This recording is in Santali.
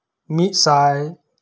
ᱢᱤᱫᱥᱟᱭ